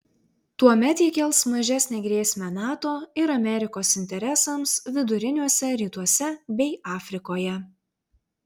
tuomet ji kels mažesnę grėsmę nato ir amerikos interesams viduriniuose rytuose bei afrikoje